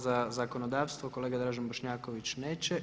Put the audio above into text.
Za zakonodavstvo kolega Dražen Bošnjaković neće.